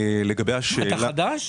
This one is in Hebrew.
אתה חדש?